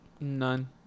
None